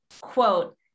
quote